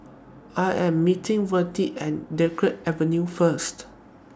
I Am meeting Virdie At Dunkirk Avenue First